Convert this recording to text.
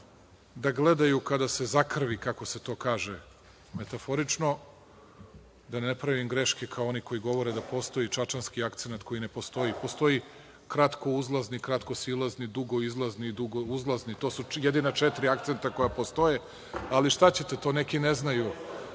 da gledaju kako se zakrvi, kako se to kaže metaforično, da ne pravim greške kao oni koji govore da postoji čačanski akcenat, koji ne postoji. Postoji kratkouzlazni, kratkosilazni, dugoizlazni i dugouzlazni. To su jedina četiri akcenta koja postoje. Šta ćete, to neki ne znaju,